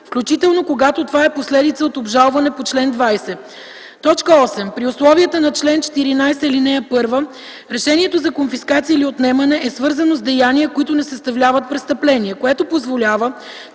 включително когато това е последица от обжалване по чл. 20; 8. при условията на чл. 14, ал. 1 решението за конфискация или отнемане е свързано с деяния, които не съставляват престъпление, което позволява